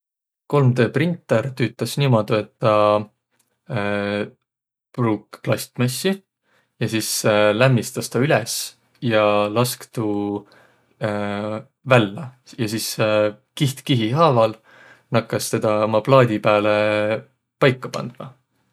Kolm-dee printer tüütäs niimuudu, et tä pruuk plastmassi ja sis lämmistäs tuu üles ja lask tuu vällä. Ja sis kiht-kihi haaval nakkas toda uma plaadi pääle paika pandma.